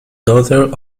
daughter